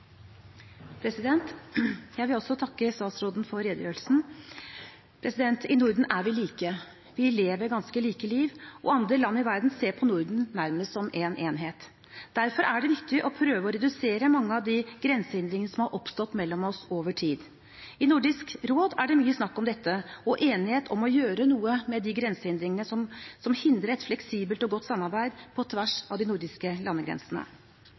vi like. Vi lever ganske like liv, og andre land i verden ser på Norden nærmest som en enhet. Derfor er det viktig å prøve å redusere mange av de grensehindringene som har oppstått mellom oss over tid. I Nordisk råd er det mye snakk om dette og enighet om å gjøre noe med de grensehindringene som hindrer et fleksibelt og godt samarbeid på tvers av de nordiske landegrensene.